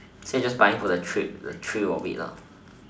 so you just buying for the thrill the thrill of it ah